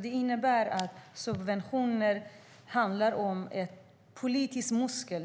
Det innebär att subventioner handlar om politiska muskler.